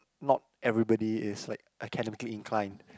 not everybody is like academically inclined